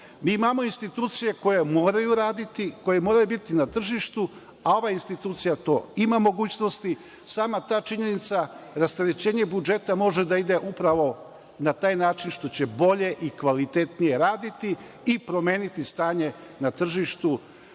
Mi imamo institucije koje moraju raditi, koje moraju biti na tržištu, a ova institucija to ima mogućnosti. Sama ta činjenica, rasterećenje budžeta može da ide upravo na taj način što će bolje i kvalitetnije raditi i promeniti stanje na tržištu